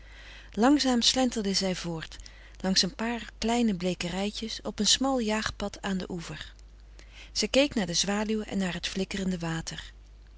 langzaam slenterde zij voort langs een paar kleine bleekerijtjes op een smal jaagpad aan den oever ze keek naar de zwaluwen en naar t flikkerende water